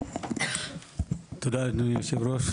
תודה אדוני היושב-ראש.